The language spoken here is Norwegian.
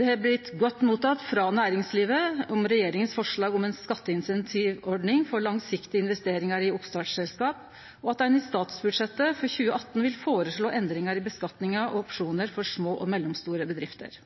Forslaget frå regjeringa om ei skatteincentivordning for langsiktige investeringar i oppstartsselskap, og at ein i statsbudsjettet for 2018 vil føreslå endringar i skattlegginga av opsjonar for små og mellomstore bedrifter,